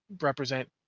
represent